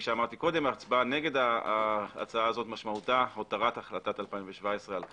כאמור ההצבעה נגד ההצעה הזו משמעותה הותרת ההחלטה מ-2017 על כנה.